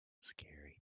scary